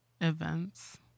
events